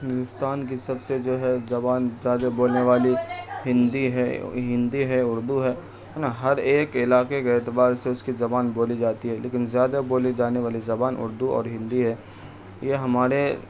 ہندوستان کی سب سے جو ہے زبان زیادہ بولنے والی ہندی ہے ہندی ہے اردو ہے ہے نا ہر ایک علاقے کے اعتبار سے اس کی زبان بولی جاتی ہے لیکن زیادہ بولی جانے والی زبان اردو اور ہندی ہے یہ ہمارے